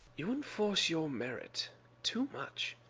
you enforce your merit too much.